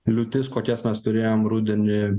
liūtis kokias mes turėjom rudenį